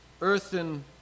earthen